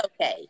okay